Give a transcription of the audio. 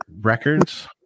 records